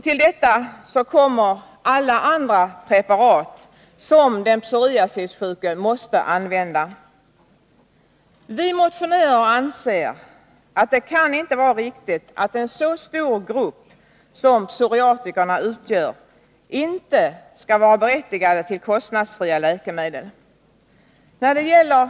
Till detta kommer alla andra preparat som den psoriasissjuke måste använda. Vi motionärer anser att det inte kan vara riktigt att en så stor grupp som psoriatikerna utgör inte skall vara berättigade till kostnadsfria läkemedel.